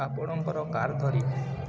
ଆପଣଙ୍କର କାର୍ ଧରି